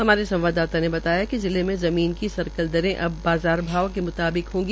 हमारे संवाददाता ने बताया कि जिले में ज़मीन की सर्कल दरें अब बाजार भाव के म्ताबिक होगी